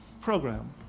program